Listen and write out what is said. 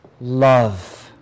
love